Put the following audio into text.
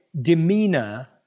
demeanor